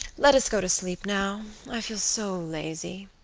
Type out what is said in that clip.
let us go to sleep now i feel so lazy.